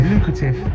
Lucrative